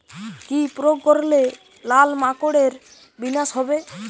কি প্রয়োগ করলে লাল মাকড়ের বিনাশ হবে?